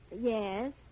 Yes